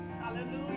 Hallelujah